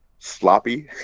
sloppy